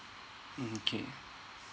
mm mm K